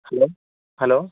hello hello